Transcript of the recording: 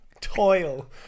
Toil